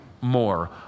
more